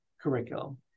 curriculum